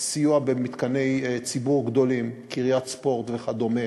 בסיוע במתקני ציבור גדולים, קריית ספורט וכדומה.